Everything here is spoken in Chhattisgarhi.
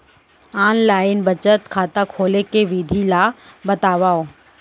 ऑनलाइन बचत खाता खोले के विधि ला बतावव?